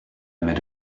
met